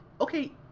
okay